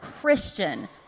Christian